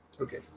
Okay